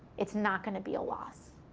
it's not gonna be a loss.